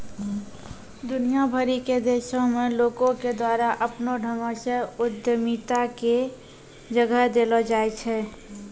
दुनिया भरि के देशो मे लोको के द्वारा अपनो ढंगो से उद्यमिता के जगह देलो जाय छै